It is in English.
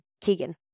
Keegan